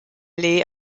leigh